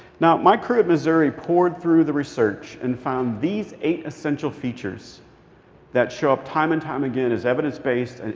now, my crew at missouri pored through the research and found these eight essential features that show up time and time again as evidence-based and,